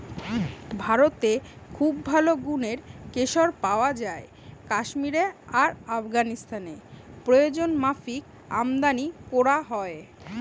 ভারতে খুব ভালো গুনের কেশর পায়া যায় কাশ্মীরে আর আফগানিস্তানে প্রয়োজনমাফিক আমদানী কোরা হয়